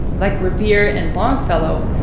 like revere and longfellow,